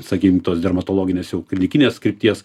sakykim tos dermatologinės jau klinikinės krypties